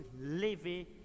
living